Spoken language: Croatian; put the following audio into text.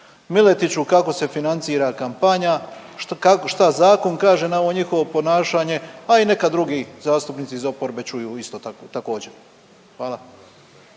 Miletiću kako se financira kampanja, šta zakon kaže na ovo njihovo ponašanje, a i neka drugi zastupnici iz oporbe čuju isto tako također? Hvala.